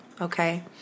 okay